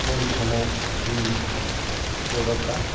हरनि समाव गुलि अरदारखा